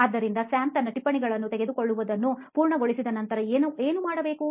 ಆದ್ದರಿಂದ ಸ್ಯಾಮ್ ತನ್ನ ಟಿಪ್ಪಣಿಗಳನ್ನು ತೆಗೆದುಕೊಳ್ಳುವುದನ್ನು ಪೂರ್ಣಗೊಳಿಸಿದ ನಂತರ ಏನು ಮಾಡಬಹುದು